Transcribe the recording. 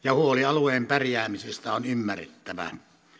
ja huoli alueen pärjäämisestä on ymmärrettävää